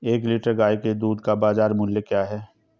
एक लीटर गाय के दूध का बाज़ार मूल्य क्या है?